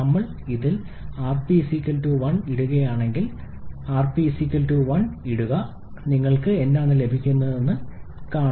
ഞങ്ങൾ ഇതിൽ rp 1 ഇടുകയാണെങ്കിൽ rp 1 ഇടുക നിങ്ങൾക്ക് എന്താണ് ലഭിക്കുന്നതെന്ന് കാണുക